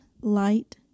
light